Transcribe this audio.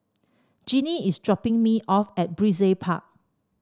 Ginny is dropping me off at Brizay Park